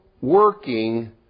working